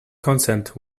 consent